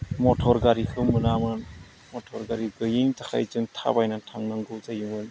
मथर गारिखौ मोनामोन मथर गारि गैयिनि थाखाय जों थाबायनानै थांनांगौ जायोमोन